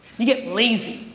you get lazy.